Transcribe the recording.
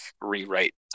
rewrite